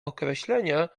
określenia